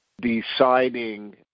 deciding